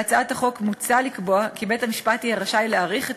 בהצעת החוק מוצע לקבוע כי בית-המשפט יהיה רשאי להאריך את